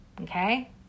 okay